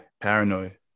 paranoid